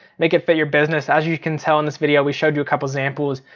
make it for your business. as you can tell in this video we showed you a couple examples.